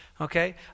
Okay